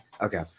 Okay